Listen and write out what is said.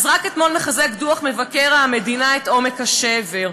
אז רק אתמול מחזק דוח מבקר המדינה את עומק השבר.